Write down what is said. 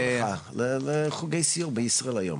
לא לך, לחוגי סיור בישראל היום.